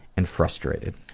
and frustrated.